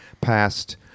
passed